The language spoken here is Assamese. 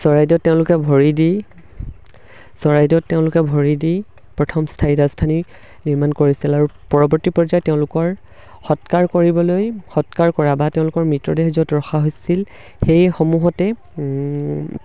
চৰাইদেউত তেওঁলোকে ভৰি দি চৰাইদেউত তেওঁলোকে ভৰি দি প্ৰথম স্থায়ী ৰাজধানী নিৰ্মাণ কৰিছিল আৰু পৰৱৰ্তী পৰ্যায়ত তেওঁলোকৰ সৎকাৰ কৰিবলৈ সৎকাৰ কৰা বা তেওঁলোকৰ মৃতদেহ য'ত ৰখা হৈছিল সেইসমূহতে